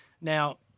Now